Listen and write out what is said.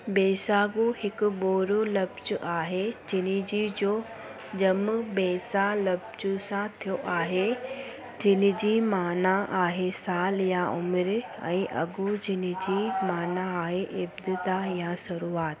ब्विसागु हिकु बोडो लफ़्ज़ु आहे जिन्हनि जो जनमु ब्विसा लफ़्ज़ु सां थियो आहे जिन्हनि जी माना आहे साल या उमिरि ऐं अगु जिन्हनि जी माना आहे इब्तिदा या शुरुआति